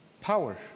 Power